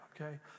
okay